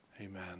Amen